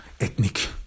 ethnic